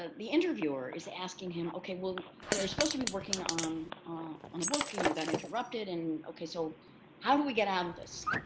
ah interviewer is asking him, okay, well we're supposed to be working on on a book and you got interrupted. and okay, so how do we get out of this?